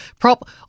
prop